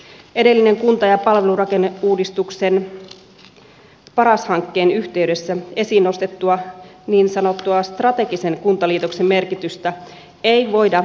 edellisen kunta ja palvelurakenneuudistuksen paras hankkeen yhteydessä esiin nostettua niin sanottua strategisen kuntaliitoksen merkitystä ei voida vähätellä